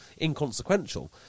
inconsequential